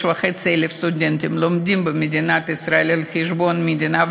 6,500 סטודנטים לומדים במדינת ישראל על חשבון המדינה,